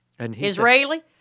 Israeli